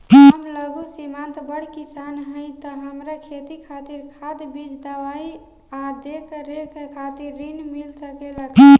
हम लघु सिमांत बड़ किसान हईं त हमरा खेती खातिर खाद बीज दवाई आ देखरेख खातिर ऋण मिल सकेला का?